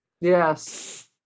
Yes